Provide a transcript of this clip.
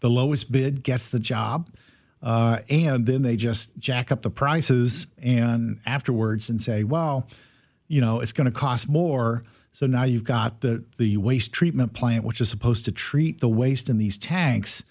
the lowest bid gets the job and then they just jack up the prices and afterwards and say well you know it's going to cost more so now you've got the the waste treatment plant which is supposed to treat the waste in these tanks